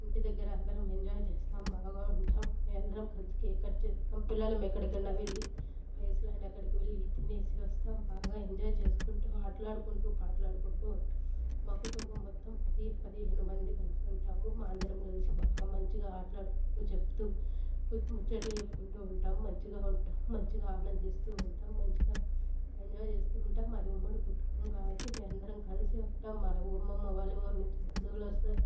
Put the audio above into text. ఇంటి దగ్గర అందరం ఎంజాయ్ చేస్తాం బాగా ఉంటాం అందరం కలిసి కేక్ కట్ చేస్తాం పిల్లలం ఎక్కడికైనా వెళ్లి ఐస్ల్యాండ్ అక్కడికి వెళ్ళి తినేసి వస్తాం బాగా ఎంజాయ్ చేసుకుంటు మాట్లాడుకుంటు పాటలాడుకుంటు ఉంటాం మా కుటుంబం మొత్తం పది పదిహేను మంది కలిసి ఉంటాము మేమందరం కలిసి బాగా మంచిగా ఆటలాడుకుంటూ చెప్తూ కొంచెం ముచ్చట్లు చెప్పుకుంటూ ఉంటాం మంచిగా ఉంటాం మంచిగా ఆనందిస్తూ ఉంటాం మంచిగా ఎంజాయ్ చేస్తు ఉంటాం మాది ఉమ్మడి కుటుంబం కాబట్టి మేము అందరం కలిసి ఉంటాం మా అమ్మమ్మ వాళ్ళ ఊరు నుంచి బంధువులు వస్తారు